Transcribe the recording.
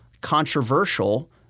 controversial